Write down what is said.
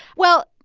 well,